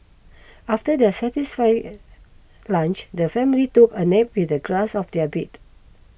after their satisfying lunch the family took a nap with the grass of their bed